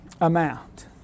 amount